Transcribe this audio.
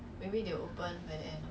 at home orh